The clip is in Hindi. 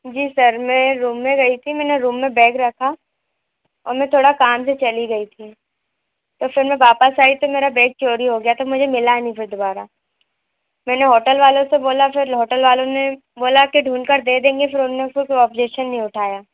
जी सर मैं रूम मैं गई थी मैंने रूम में बैग रखा और मैं थोड़ा काम से चली गई थी तो फिर मैं वापस आई तो मेरा बैग चोरी हो गया तो मुझे मिला नहीं फिर दुबारा मैंने होटेल वालों से बोला फिर होटेल वालों ने बोला कि ढूँढ कर दे देंगे फिर उन्होंने उसको कोई ओपजैक्शन नहीं उठाया